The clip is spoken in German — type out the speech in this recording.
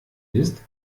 ist